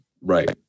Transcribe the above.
Right